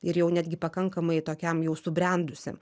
ir jau netgi pakankamai tokiam jau subrendusiam